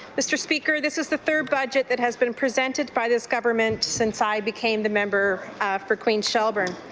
mr. speaker, this is the third budget that has been presented by this government since i became the member for queens-shelburne.